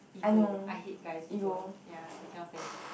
ego I hate guys ego ya I cannot stand it